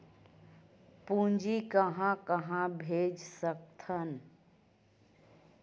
पूंजी कहां कहा भेज सकथन?